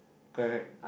correct